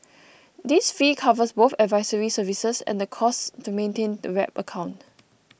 this fee covers both advisory services and the costs to maintain the wrap account